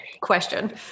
question